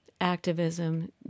activism